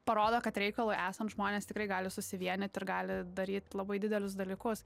parodo kad reikalui esant žmonės tikrai gali susivienyt ir gali daryt labai didelius dalykus